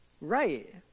Right